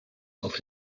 auf